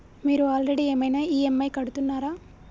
మీరు ఆల్రెడీ ఏమైనా ఈ.ఎమ్.ఐ కడుతున్నారా?